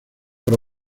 the